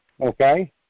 Okay